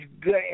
good